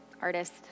artist